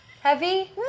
heavy